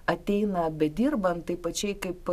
ateina bedirbant taip pačiai kaip